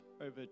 over